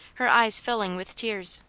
her eyes filling with tears.